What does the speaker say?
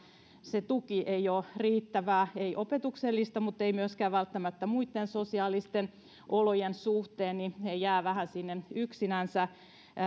se tuki ei ole riittävää ei opetuksellisesti mutta ei myöskään välttämättä muitten sosiaalisten olojen suhteen he jäävät vähän sinne yksinänsä